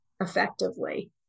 effectively